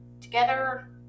together